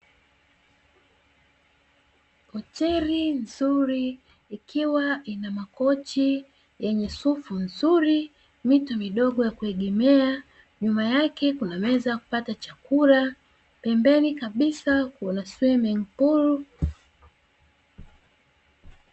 Hoteli nzuri ikiwa ina makochi yenye sufu nzuri, mito midogo ya kuegemea, nyuma yake kunaweza kupata chakula, pembeni kabisa kuna bwawa la kuogelea.